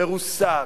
מרוסק,